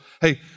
hey